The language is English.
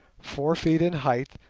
four feet in height,